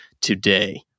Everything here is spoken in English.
today